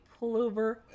pullover